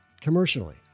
commercially